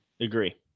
Agree